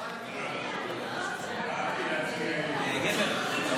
אנחנו